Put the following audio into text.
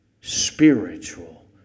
spiritual